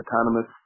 autonomous